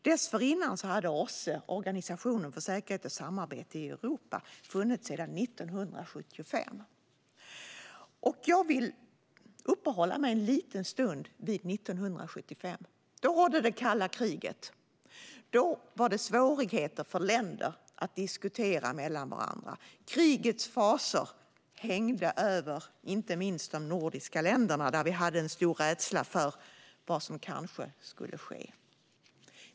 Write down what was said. Dessförinnan hade OSSE, Organisationen för säkerhet och samarbete i Europa, funnits sedan 1975. Jag vill uppehålla mig en liten stund vid 1975. Då rådde det kalla kriget. Då fanns det svårigheter för länder att diskutera med varandra. Krigets fasor hängde inte minst över de nordiska länderna, där det fanns en stark rädsla för vad som kanske skulle ske.